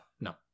no